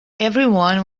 everyone